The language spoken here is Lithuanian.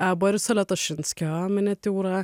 a boriso letošinskio miniatiūrą